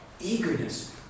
Eagerness